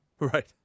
Right